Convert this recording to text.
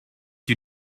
you